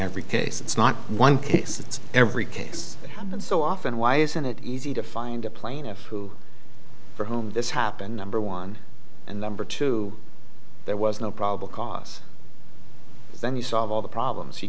every case it's not one case it's every case and so often why isn't it easy to find a plaintiff who for whom this happened number one and number two there was no probable cause then you solve all the problems you